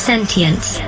sentience